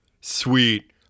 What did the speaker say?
Sweet